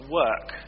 work